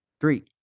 Three